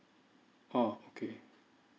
ah okay